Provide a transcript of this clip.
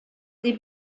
sie